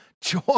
Joy